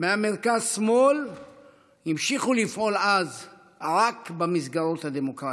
מהמרכז-שמאל המשיכו לפעול אז רק במסגרות הדמוקרטיות.